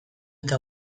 eta